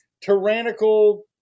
tyrannical